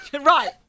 right